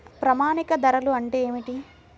ప్రామాణిక ధరలు అంటే ఏమిటీ?